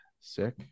Sick